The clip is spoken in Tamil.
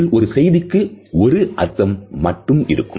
இதில் ஒரு செய்திக்கு ஒரு அர்த்தம் மட்டும் இருக்கும்